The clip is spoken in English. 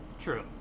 True